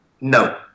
no